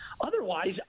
otherwise